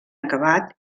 acabat